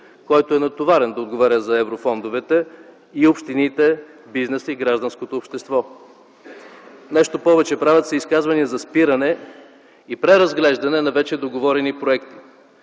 който е натоварен да отговаря за еврофондовете, и общините, бизнеса и гражданското общество. Нещо повече, правят се изказвания за спиране и преразглеждане на вече договорени проекти.